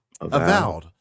Avowed